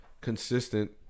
consistent